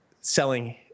selling